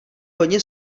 hodně